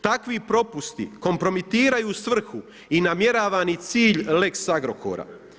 Takvi propusti kompromitiraju svrhu i namjeravani cilj lex Agrokora.